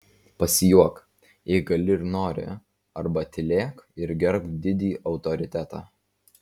pasijuok jei gali ir nori arba tylėk ir gerbk didį autoritetą